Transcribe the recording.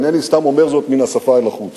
ואינני סתם אומר זאת מן השפה ולחוץ.